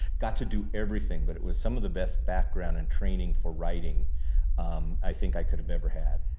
got to do everything, but it was some of the best background and training for writing i think i could have ever had.